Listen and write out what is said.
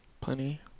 Plenty